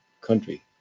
country